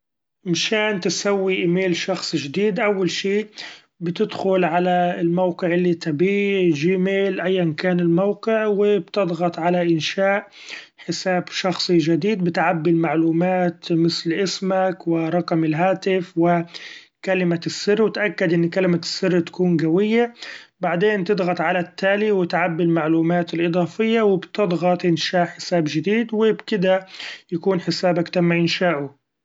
مشان تسوي ايميل شخصي جديد أول شي بتدخل علي الموقع الي تبيه Gmail أيا كان الموقع و بتضغط علي إنشاء حساب شخصي جديد بتعبي المعلومات مثل اسمك و رقم الهاتف و كلمة السر و اتأكد أن كلمة السر تكون قويي ، بعدين تضغط علي التالي و تعبي المعلومات الإضافية و بتضغط إنشاء حساب جديد ، و بكدا حسابك يكون تم انشاؤه.